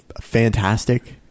fantastic